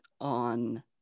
on